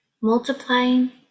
multiplying